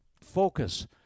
focus